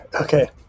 Okay